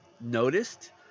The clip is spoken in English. noticed